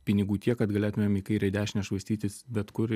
pinigų tiek kad galėtumėm į kairę į dešinę švaistytis bet kur